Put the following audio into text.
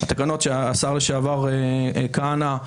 התקנות שהשר לשעבר כהנא,